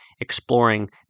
exploring